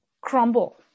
crumble